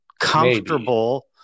Comfortable